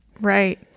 Right